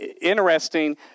interesting